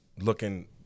looking